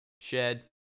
shed